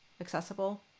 accessible